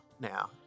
now